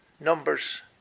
Numbers